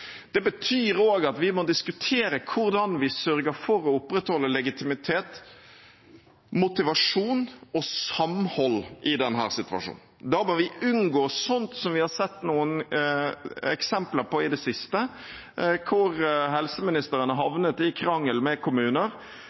Det betyr også at vi må diskutere hvordan vi sørger for å opprettholde legitimitet, motivasjon og samhold i denne situasjonen. Da må vi unngå sånt som vi har sett noen eksempler på i det siste, hvor helseministeren har havnet i krangel med kommuner,